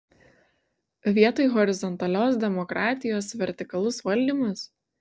vietoj horizontalios demokratijos vertikalus valdymas